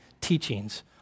teachings